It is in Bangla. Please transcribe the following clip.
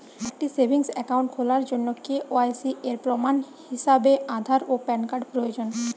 একটি সেভিংস অ্যাকাউন্ট খোলার জন্য কে.ওয়াই.সি এর প্রমাণ হিসাবে আধার ও প্যান কার্ড প্রয়োজন